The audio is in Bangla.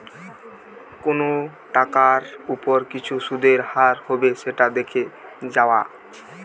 কোনো টাকার ওপর কি সুধের হার হবে সেটা দেখে যাওয়া